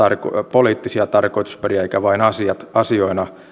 poliittisia tarkoitusperiä eikä vain asiat asioina